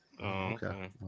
Okay